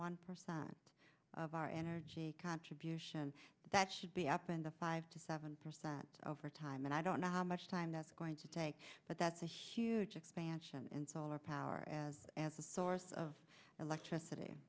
one percent of our energy contribution that should be up in the five to seven percent of our time and i don't know how much time that's going to take but that's a huge expansion in solar power as as a source of electricity